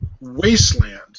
Wasteland